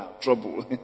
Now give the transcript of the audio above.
trouble